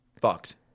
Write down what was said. Fucked